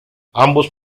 ambos